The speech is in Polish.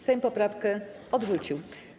Sejm poprawkę odrzucił.